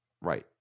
right